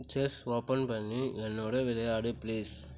chess open பண்ணி என்னோடு விளையாடு ப்ளீஸ்